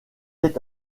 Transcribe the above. est